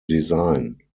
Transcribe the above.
design